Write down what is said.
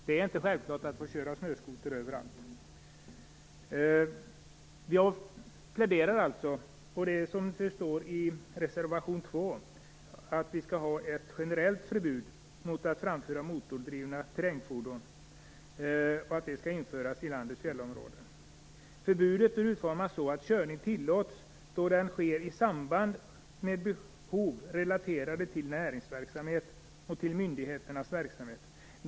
Det är inte självklart att få köra snöskoter överallt. Jag pläderar alltså, som det står i reservation 2, för att vi skall ha ett generellt förbud mot att framföra motordrivna terrängfordon och att det skall införas i landets fjällområden. Förbudet bör utformas så att körning tillåts då den sker i samband med behov relaterade till näringsverksamhet och till myndigheternas verksamhet.